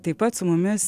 taip pat su mumis